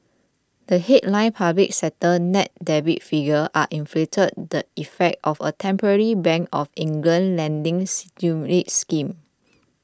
the headline public sector net debt figures are inflated the effect of a temporary Bank of England lending stimulus scheme